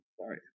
Sorry